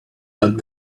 that